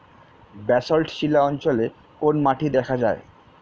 Basalt শিলা অঞ্চলে কোন মাটি দেখা যায়?